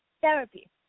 therapy